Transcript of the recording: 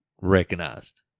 recognized